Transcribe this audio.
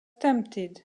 tempted